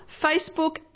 Facebook